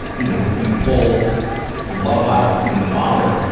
you know, you pull love out from the father,